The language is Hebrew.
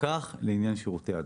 לעניין שירותי הדואר.